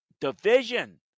division